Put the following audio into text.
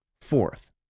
Fourth